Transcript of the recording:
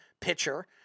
pitcher